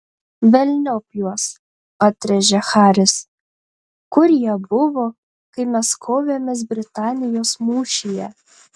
velniop juos atrėžė haris kur jie buvo kai mes kovėmės britanijos mūšyje